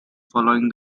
following